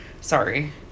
Sorry